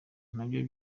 nabyo